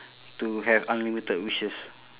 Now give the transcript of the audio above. to have unlimited wishes